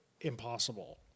impossible